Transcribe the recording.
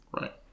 Right